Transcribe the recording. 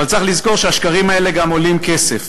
אבל צריך לזכור שהשקרים האלה גם עולים כסף,